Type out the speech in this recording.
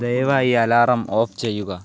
ദയവായി alarm off ചെയ്യുക